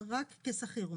רק כשכיר.